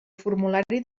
formulari